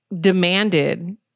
demanded